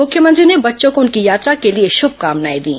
मुख्यमंत्री ने बच्चों को उनकी यात्रा के लिए शुभकामनाएं दीं